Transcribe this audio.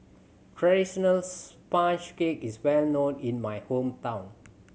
traditional sponge cake is well known in my hometown